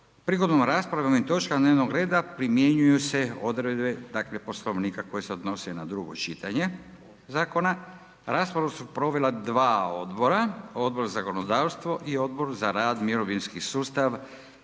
Prigodom rasprave o ovim točkama dnevnog reda primjenjuju se odredbe dakle Poslovnika koji se odnosi na drugo čitanje zakona. Raspravu su proveli dva odbora, Odbor za zakonodavstvo i Odbor za rad, mirovinski sustav